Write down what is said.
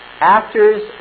actors